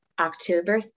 October